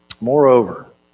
Moreover